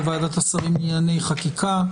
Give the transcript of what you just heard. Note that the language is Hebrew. בוועדת השרים לענייני חקיקה,